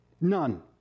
None